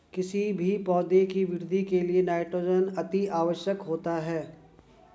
किसी भी पौधे की वृद्धि के लिए नाइट्रोजन अति आवश्यक होता है